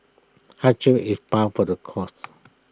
hardship is par for the course